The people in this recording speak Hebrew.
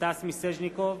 סטס מיסז'ניקוב,